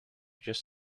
just